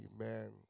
Amen